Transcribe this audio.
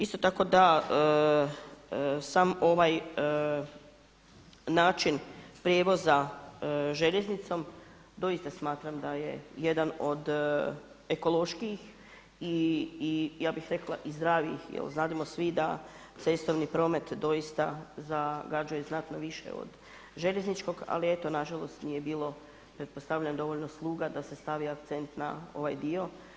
Isto tako da sam ovaj način prijevoza željeznicom, doista smatram da je jedan od ekološkijih i ja bih rekla i zdravijih jel znademo svi da cestovni promet doista zagađuje zrak više od željezničkog, ali eto nažalost nije bilo pretpostavljam dovoljno suha da se stavi akcent na ovaj dio.